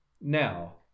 Now